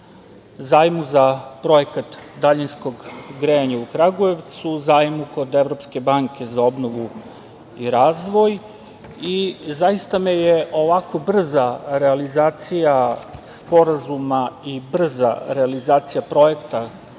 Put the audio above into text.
zajmu za projekat daljinskog grejanja u Kragujevcu, zajmu kod Evropske banke za obnovu i razvoj. Zaista me ovako brza realizacija sporazuma i brza realizacija projekta